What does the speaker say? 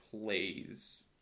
plays